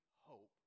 hope